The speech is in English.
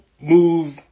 move